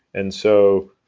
and so,